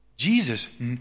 Jesus